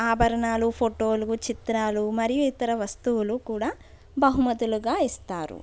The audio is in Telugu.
ఆభరణాలు ఫోటోలు చిత్రాలు మరియు ఇతర వస్తువులు కూడా బహుమతులుగా ఇస్తారు